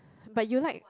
but you like